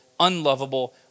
unlovable